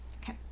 Okay